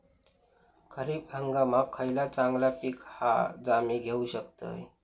खरीप हंगामाक खयला चांगला पीक हा जा मी घेऊ शकतय?